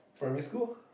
primary school